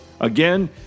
Again